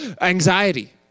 anxiety